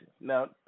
Now